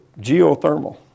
geothermal